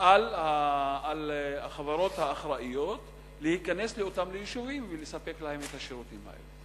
על החברות האחראיות להיכנס לאותם יישובים ולספק להם את השירותים האלה.